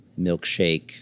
milkshake